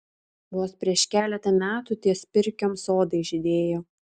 vos prieš keletą metų ties pirkiom sodai žydėjo